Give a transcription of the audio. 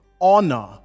honor